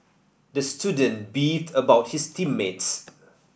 the student beefed about his team mates